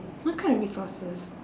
what kind of resources